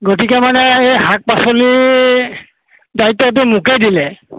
গতিকে মানে এই শাক পাচলিৰ দায়িত্বটো মোকে দিলে